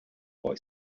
boy